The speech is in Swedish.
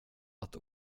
att